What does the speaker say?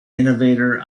innovator